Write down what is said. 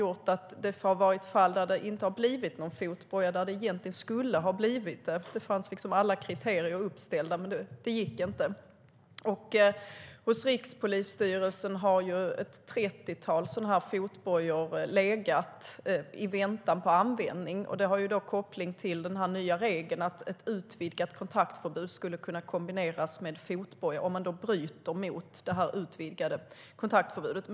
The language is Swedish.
Det har funnits fall där det inte har blivit någon fotboja trots att det egentligen skulle ha blivit det. Alla kriterier har funnits, men det har inte gått. Hos Rikspolisstyrelsen har trettiotalet sådana fotbojor legat, i väntan på användning. Det är kopplat till den nya regeln om att ett utvidgat kontaktförbud ska kunna kombineras med fotboja, om man bryter mot det utvidgade kontaktförbudet.